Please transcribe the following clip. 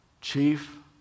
chief